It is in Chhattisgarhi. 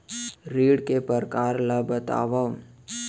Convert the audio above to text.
ऋण के परकार ल बतावव?